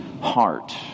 heart